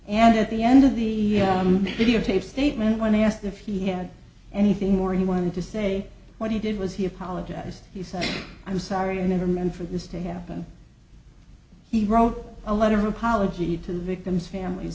and at the end of the videotape statement when asked if he had anything more he wanted to say what he did was he apologized he said i'm sorry i never meant for this to happen he wrote a letter of apology to the victim's famil